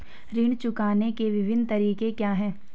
ऋण चुकाने के विभिन्न तरीके क्या हैं?